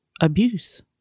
abuse